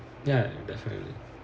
ya definitely